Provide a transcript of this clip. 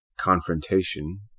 confrontation